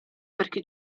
perché